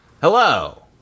Hello